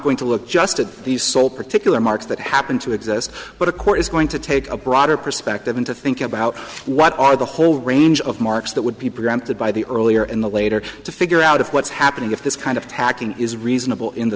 going to look just at the sole particular marks that happen to exist but a court is going to take a broader perspective and to think about what are the whole range of marks that would be preempted by the earlier in the later to figure out if what's happening if this kind of hacking is reasonable in the